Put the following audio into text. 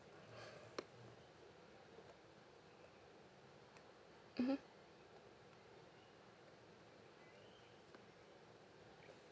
mmhmm